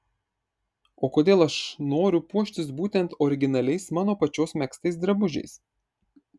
o kodėl aš noriu puoštis būtent originaliais mano pačios megztais drabužiais